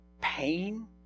pain